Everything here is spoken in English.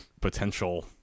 potential